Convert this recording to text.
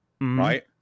right